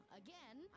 again